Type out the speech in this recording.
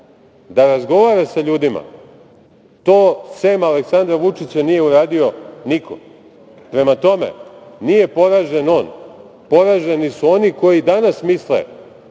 da razgovara sa ljudima, to sem Aleksandra Vučića nije uradio niko. Prema tome, nije poražen on, poraženi su oni koji danas misle